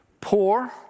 poor